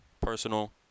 personal